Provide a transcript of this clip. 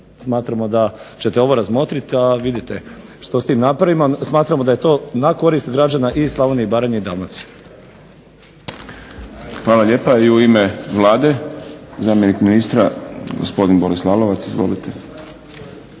smatramo da ćete ovo razmotriti a vidite što s tim napravimo. Smatramo da je to na korist građana i Slavonije i Baranje i Dalmacije. **Šprem, Boris (SDP)** Hvala lijepa. I u ime Vlade, zamjenik ministra gospodin Boris Lalovac.